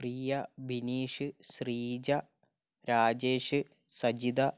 Priya Bineesh Sreeja Rajesh Sajitha